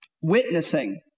Witnessing